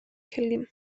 келдим